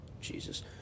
Jesus